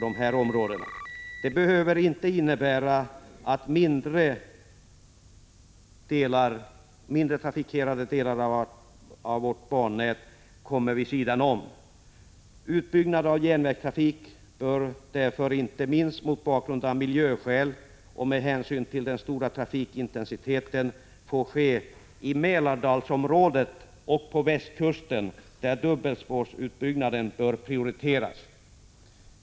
Detta behöver inte innebära att mindre trafikerade delar av vårt bannät hamnar vid sidan om. Utbyggnad av järnvägstrafik bör, inte minst av miljöskäl och med hänsyn till den stora trafikintensiteten, få ske i Mälardalsområdet och på västkusten, där dubbelspårsutbyggnaden bör prioriteras.